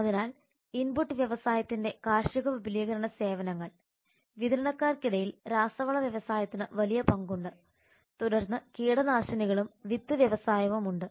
അതിനാൽ ഇൻപുട്ട് വ്യവസായത്തിന്റെ കാർഷിക വിപുലീകരണ സേവനങ്ങൾ വിതരണക്കാർക്കിടയിൽ രാസവള വ്യവസായത്തിന് വലിയ പങ്കുണ്ട് തുടർന്ന് കീടനാശിനികളും വിത്ത് വ്യവസായവും ഉണ്ട്